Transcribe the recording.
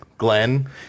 Glenn